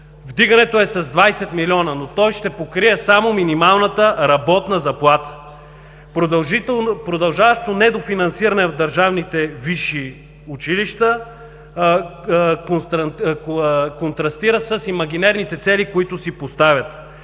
Вдигането е с 20 милиона, но то ще покрие само минималната работна заплата. Продължаващото недофинансиране в държавните висши училища контрастира с имагинерните цели, които си поставяте.